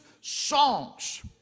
songs